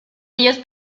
ellos